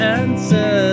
answer